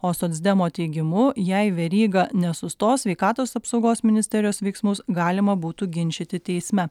o socdemo teigimu jei veryga nesustos sveikatos apsaugos ministerijos veiksmus galima būtų ginčyti teisme